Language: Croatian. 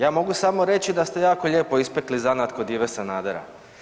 Ja mogu samo reći da ste jako lijepo ispekli zanat kod Ive Sanadera.